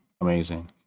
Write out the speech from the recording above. amazing